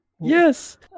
Yes